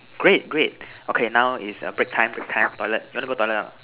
great great okay now is err break time break time toilet you want to go toilet or not